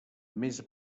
més